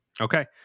okay